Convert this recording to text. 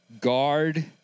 guard